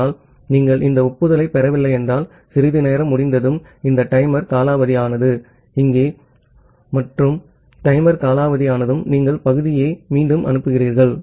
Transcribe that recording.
ஆனால் நீங்கள் இந்த ஒப்புதலைப் பெறவில்லை எனில் சிறிது நேரம் முடிந்ததும் இந்த டைமர் காலாவதியானது இங்கே மற்றும் டைமர் காலாவதியானதும் நீங்கள் பகுதியை மீண்டும் அனுப்புகிறீர்கள்